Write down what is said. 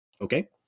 Okay